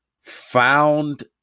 found